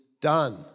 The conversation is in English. done